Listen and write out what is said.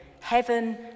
heaven